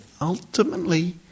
ultimately